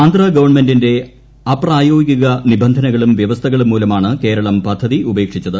ആന്ധ്ര ഗവൺമെന്റിന്റെ അപ്രായോഗിക നിബന്ധനകളും വ്യവസ്ഥകളും മൂലമാണ് കേരളം പദ്ധതി ഉപേക്ഷിച്ചത്